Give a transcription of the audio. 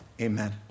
amen